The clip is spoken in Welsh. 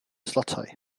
tlotai